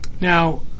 Now